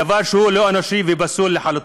דבר שהוא לא אנושי ופסול לחלוטין.